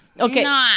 Okay